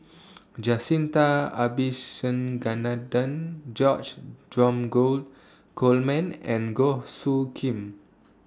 Jacintha Abisheganaden George Dromgold Coleman and Goh Soo Khim